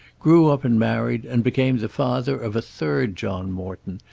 grew up and married, and became the father of a third john morton,